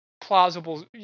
plausible